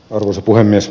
arvoisa puhemies